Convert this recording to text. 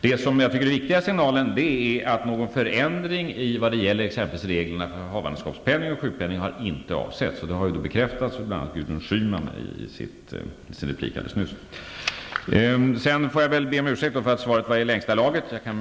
Den viktiga signalen är att någon förändring i vad gäller exempelvis reglerna för havandeskapspenning och sjukpenning inte har avsetts, vilket har bekräftats av bl.a. Gudrun Schyman i hennes inlägg alldeles nyss. Sedan får jag väl be Gudrun Schyman om ursäkt för att svaret var i längsta laget.